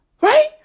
right